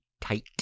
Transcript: tight